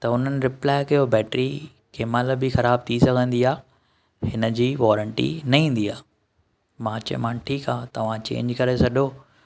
त हुननि रिप्लाए कयो बैटरी केमहिल बि ख़राब थी सघंदी आहे हिन जी वॉरंटी न ईंदी आहे मां चयो मां ठीकु आहे तव्हां चेंज करे छॾो